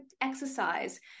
exercise